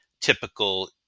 typical